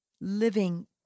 living